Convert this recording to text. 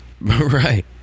Right